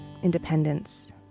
independence